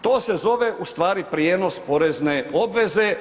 To se zove ustvari prijenos porezne obveze.